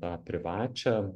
tą privačią